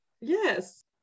Yes